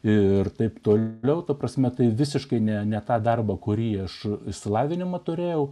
ir taip toliau ta prasme tai visiškai ne ne tą darbą kurį aš išsilavinimą turėjau